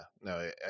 no